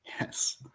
Yes